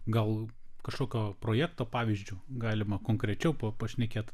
gal kažkokio projekto pavyzdžiu galima konkrečiau pa pašnekėt